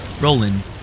Roland